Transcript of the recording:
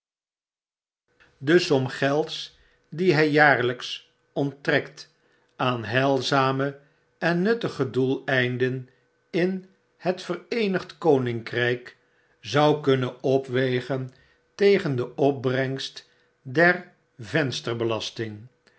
de som gelds die hy jaarlyks onttrektaan heilzame en nuttige doeleinden in het vereenigd koninkryk zou kunnen opwegen tegen de opbrengst der